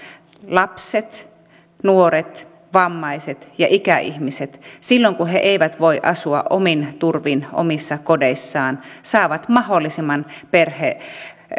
lapset nuoret vammaiset ja ikäihmiset silloin kun he eivät voi asua omin turvin omissa kodeissaan saavat mahdollisimman